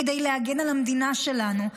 כדי להגן על המדינה שלנו,